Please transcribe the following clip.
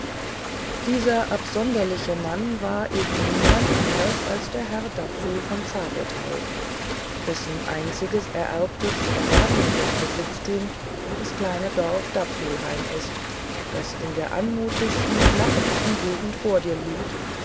dieser absonderliche mann war eben niemand anders als der herr dapsul von zabelthau dessen einziges ererbtes ärmliches besitztum das kleine dorf dapsulheim ist das in der anmutigsten lachendsten gegend vor dir liegt